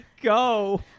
Go